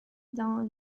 dans